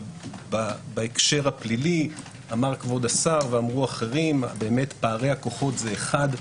ובהקשר הפלילי אמר כבוד השר ואחרים פערי הכוחות זה אחד,